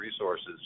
resources